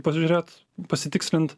pažiūrėt pasitikslint